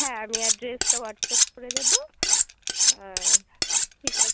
হ্যাঁ আমি অ্যাড্রেসটা হোয়াটসঅ্যাপ করে দেবো আর ঠিক আছে